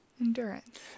Endurance